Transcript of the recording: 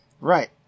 right